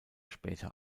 später